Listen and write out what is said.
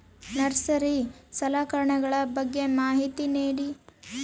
Nursery ಸಲಕರಣೆಗಳ ಬಗ್ಗೆ ಮಾಹಿತಿ ನೇಡಿ?